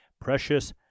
precious